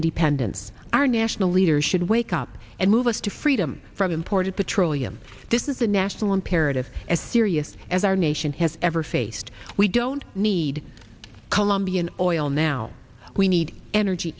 independence our national leaders should wake up and move us to freedom from imported petroleum this is a national imperative as serious as our nation has ever faced we don't need colombian oil now we need energy